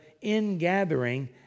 ingathering